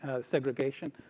segregation